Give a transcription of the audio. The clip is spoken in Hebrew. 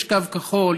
יש קו כחול,